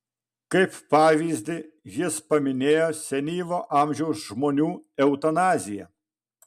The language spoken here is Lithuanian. kaip pavyzdį jis paminėjo senyvo amžiaus žmonių eutanaziją